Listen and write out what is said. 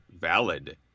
valid